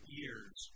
years